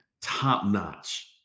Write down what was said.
top-notch